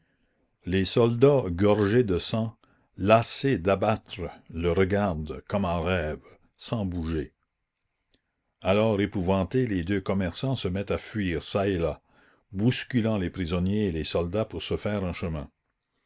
les soldats gorgés de sang lassés d'abattre le regardent comme en rêve sans bouger alors épouvantés les deux commerçants se mettent à fuir ça et là bousculant les prisonniers et les soldats pour se faire un chemin